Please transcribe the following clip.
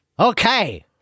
Okay